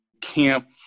camp